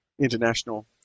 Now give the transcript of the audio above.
international